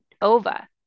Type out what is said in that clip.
Ova